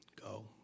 Go